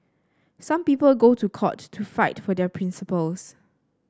some people go to court to fight for their principles